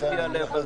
וכואב לי הלב על זה.